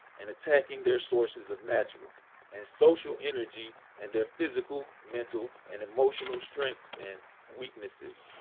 and attacking their sources of natural and social energy, and their physical, mental, and emotional strengths and weaknesses.